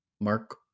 Mark